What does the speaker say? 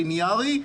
ליניארי.